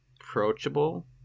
approachable